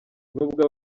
nubwo